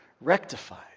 rectified